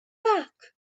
back